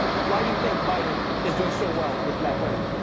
why do you think biden is doing so well with black women?